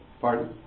Pardon